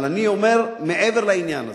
אבל אני אומר מעבר לעניין הזה.